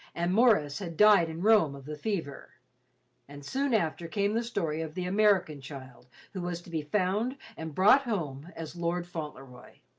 and maurice had died in rome of the fever and soon after came the story of the american child who was to be found and brought home as lord fauntleroy.